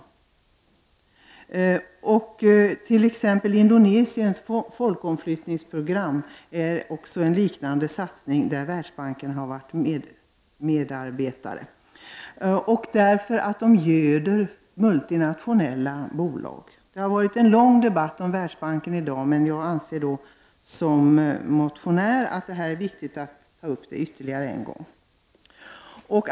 En annan fråga gäller Indonesiens folkomflyttningsprogram. Det är en lik nande satsning som bl.a. Världsbanken har varit med om att göra. Har handlar det om att göda multinationella bolag. Det har i dag förts en lång debatt om Världsbanken, men som motionär anser jag att det är viktigt att ytterligare diskutera den frågan.